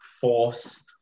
forced